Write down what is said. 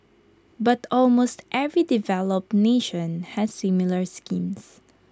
but almost every developed nation has similar schemes